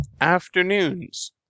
Afternoons